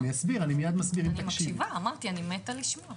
אני לא מעוניין לשמוע